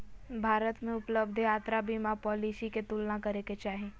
भारत में उपलब्ध यात्रा बीमा पॉलिसी के तुलना करे के चाही